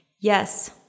Yes